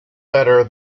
better